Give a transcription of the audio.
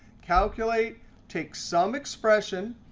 calculate takes some expression,